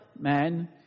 man